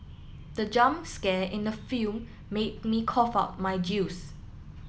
the jump scare in the film made me cough out my juice